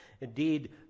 Indeed